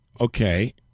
Okay